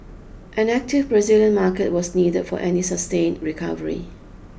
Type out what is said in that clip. an active Brazilian market was needed for any sustain recovery